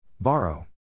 Borrow